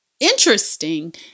interesting